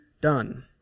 done